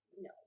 no